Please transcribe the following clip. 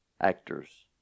actors